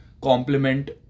complement